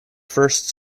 first